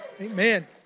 Amen